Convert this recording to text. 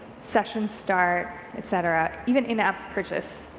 session start, et cetera, even in-app purchase,